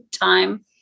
time